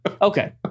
Okay